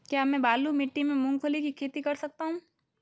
क्या मैं बालू मिट्टी में मूंगफली की खेती कर सकता हूँ?